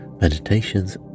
meditations